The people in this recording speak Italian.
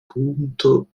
punto